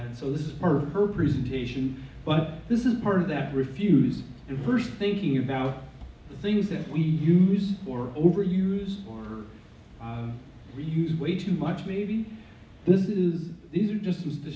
angela so this is part of her presentation but this is part of that refused at first thinking about things that we use or overuse or use way too much maybe this is these are just is t